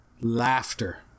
laughter